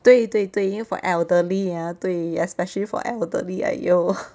对对对 for elderly ah 对 especially for elderly !aiyo!